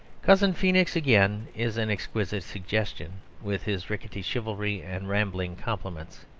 cousin feenix again is an exquisite suggestion, with his rickety chivalry and rambling compliments.